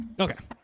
Okay